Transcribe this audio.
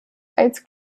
als